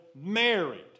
married